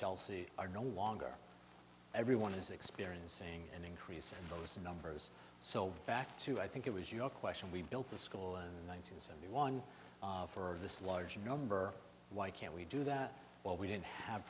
chelsea are no longer everyone is experiencing an increase in those numbers so back to i think it was your question we built the school in one thousand the one for this large number why can't we do that well we didn't have